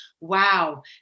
wow